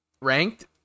ranked